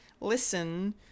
listen